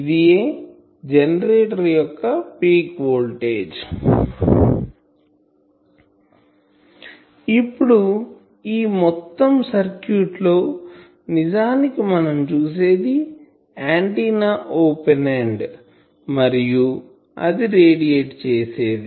ఇదియే జెనరేటర్ యొక్క peak voltage ఇప్పుడు ఈ మొత్తం సర్క్యూట్ లో నిజానికి మనం చూసేది ఆంటిన్నా ఓపెన్ ఎండ్ మరియు అది రేడియేట్ చేసేది